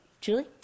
Julie